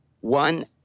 One